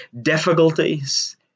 difficulties